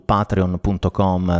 patreon.com